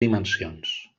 dimensions